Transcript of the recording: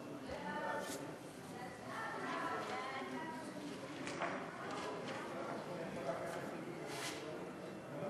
ההצעה להעביר את הצעת חוק הפיקוח